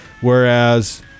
Whereas